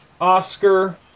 Oscar